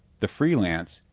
the free lance,